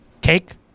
cake